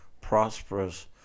prosperous